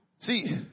See